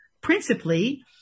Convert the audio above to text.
principally